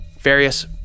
various